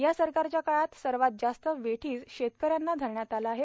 या सरकारच्या काळात सर्वात जास्त वेठीस शेतकऱ्यांना धरण्यात आले आहे